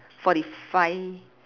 forty five